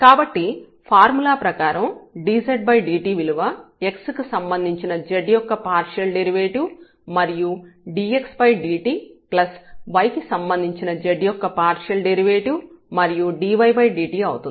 కాబట్టి ఫార్ములా ప్రకారం dzdt విలువ x కి సంబంధించిన z యొక్క పార్షియల్ డెరివేటివ్ మరియు dxdt ప్లస్ y కి సంబంధించిన z యొక్క పార్షియల్ డెరివేటివ్ మరియు dydt అవుతుంది